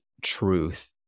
truth